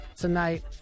tonight